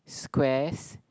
squares